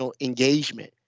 engagement